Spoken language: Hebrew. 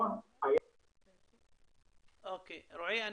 --- רועי,